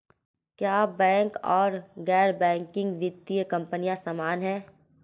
क्या बैंक और गैर बैंकिंग वित्तीय कंपनियां समान हैं?